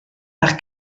par